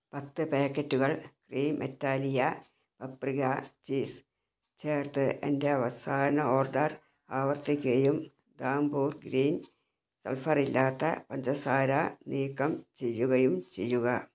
പത്ത് പാക്കറ്റുകൾ cream Italia paprika cheese ചേർത്ത് എന്റെ അവസാന ഓർഡർ ആവർത്തിക്കുകയും ധാംപൂർ ഗ്രീൻ സൾഫർ ഇല്ലാത്ത പഞ്ചസാര നീക്കം ചെയ്യുകയും ചെയ്യുക